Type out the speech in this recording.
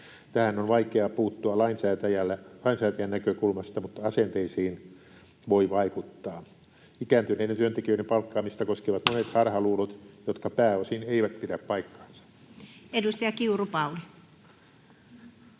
Tähän on vaikea puuttua lainsäätäjän näkökulmasta, mutta asenteisiin voi vaikuttaa. Ikääntyneiden työntekijöiden palkkaamista koskevat monet harhaluulot, jotka pääosin eivät pidä paikkaansa. Edustaja Kiuru, Pauli.